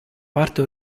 parte